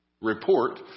report